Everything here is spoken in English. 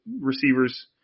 receivers